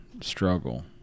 Struggle